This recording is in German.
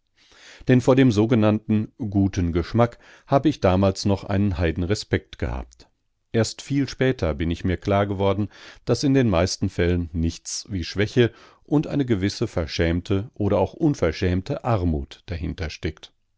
denn vor dem sogenannten guten geschmack hab ich damals noch einen heidenrespekt gehabt erst viel später bin ich mir klar geworden daß in den meisten fällen nichts wie schwäche und eine gewisse verschämte oder auch unverschämte armut dahinter steckt